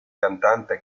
cantante